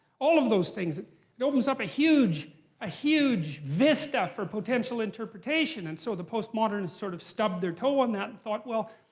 all of those things. it opens up a huge ah huge vista for potential interpretation. and so the postmoderns sort of stubbed their toe on that and thought, well,